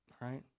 right